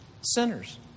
Sinners